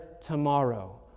tomorrow